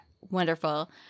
wonderful